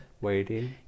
Waiting